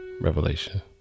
revelation